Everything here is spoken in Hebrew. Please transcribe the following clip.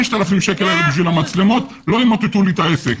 5,000 שקלים למצלמות לא ימוטטו לי את העסק.